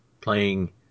playing